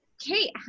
Kate